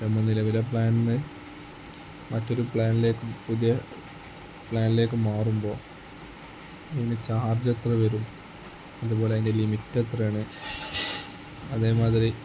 എന്റെ നിലവിലെ പ്ലാനന്ന് മറ്റൊരു പ്ലാനിലേക്ക് പുതിയ പ്ലാനിലേക്ക് മാറുമ്പോൾ അതിന് ചാർജ് എത്ര വരും അതുപോലെ അതിൻ്റെ ലിമിറ്റ് എത്രയാണ് അതേമാതിരി